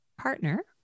partner